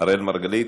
אראל מרגלית,